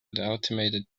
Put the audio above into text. automated